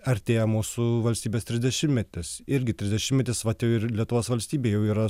artėja mūsų valstybės trisdešimtmetis irgi trisdešimtmetis vat ir lietuvos valstybė jau yra